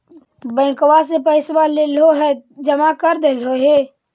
बैंकवा से पैसवा लेलहो है जमा कर देलहो हे?